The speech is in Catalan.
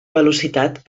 velocitat